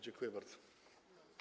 Dziękuje bardzo.